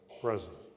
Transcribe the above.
president